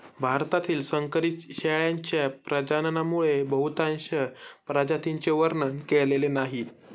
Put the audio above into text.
भारतातील संकरित शेळ्यांच्या प्रजननामुळे बहुतांश प्रजातींचे वर्णन केलेले नाही